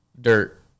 dirt